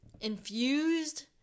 infused